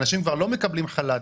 אנשים כבר לא מקבלים חל"ת,